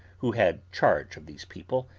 who had charge of these people,